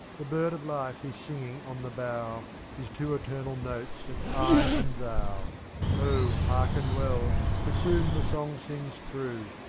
the bird of life is singing on the bough his two eternal notes of i and thou a o! hearken well, for soon the song sings through.